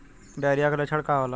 Diarrhoea के लक्षण का होला?